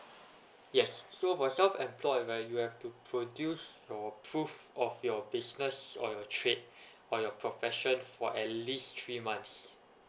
yes so for self employed right you have to produce your proof of your business or your trade or your profession for at least three months